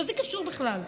מה זה קשור בכלל?